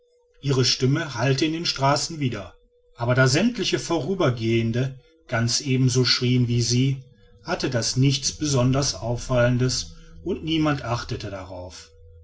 ihre stimme hallte in den straßen wieder aber da sämmtliche vorübergehende ganz ebenso schrieen wie sie hatte das nichts besonders auffallendes und niemand achtete darauf